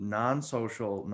non-social